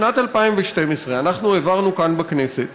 בשנת 2012 אנחנו העברנו כאן בכנסת,